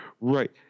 Right